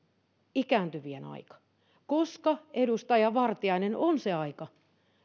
ikääntyvien aika koska edustaja vartiainen on se aika